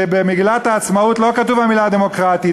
במגילת העצמאות לא כתובה המילה "דמוקרטית",